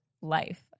life